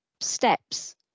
steps